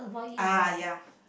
ah ya